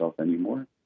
anymore